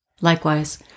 likewise